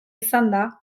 izanda